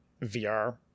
VR